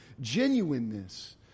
genuineness